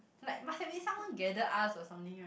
like must have been someone gather us or something right